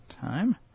time